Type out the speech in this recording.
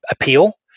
appeal